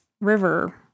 river